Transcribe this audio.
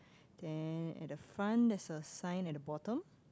then at the front there's a sign at the bottom